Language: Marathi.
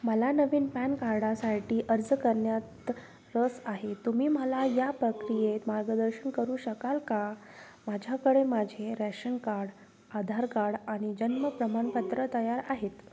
मला नवीन पॅन कार्डासाठी अर्ज करण्यात रस आहे तुम्ही मला या प्रक्रियेत मार्गदर्शन करू शकाल का माझ्याकडे माझे रॅशन कार्ड आधार कार्ड आणि जन्म प्रमाणपत्र तयार आहेत